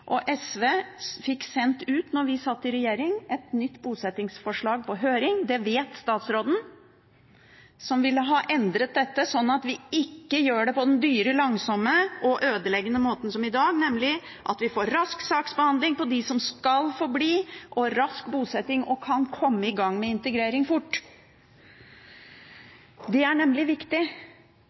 SV fikk sendt ut, da vi satt i regjering, et nytt bosettingsforslag på høring – det vet statsråden – som ville ha endret dette, sånn at vi ikke gjør det på den dyre, langsomme og ødeleggende måten som i dag, nemlig ved at vi får rask saksbehandling og rask bosetting for dem som skal få bli, og kan komme i gang med integrering fort. Det er nemlig viktig.